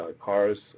cars